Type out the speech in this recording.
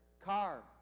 car